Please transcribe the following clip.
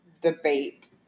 debate